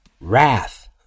wrath